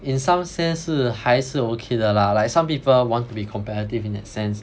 in some sense 是还是 okay 的 lah like some people want to be competitive in that sense